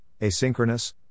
asynchronous